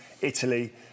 Italy